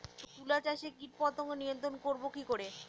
তুলা চাষে কীটপতঙ্গ নিয়ন্ত্রণর করব কি করে?